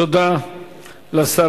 תודה לשר